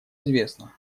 известна